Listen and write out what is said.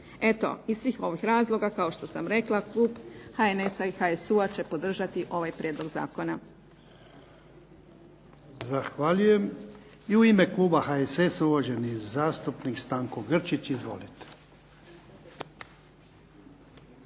Eto, iz svih ovih razloga kao što sam rekla, Klub HNS-a i HSU-a će podržati ovaj Prijedlog zakona. **Jarnjak, Ivan (HDZ)** Zahvaljujem. I u ime Kluba HSS-a uvaženi zastupnik Stanko Grčić. **Grčić,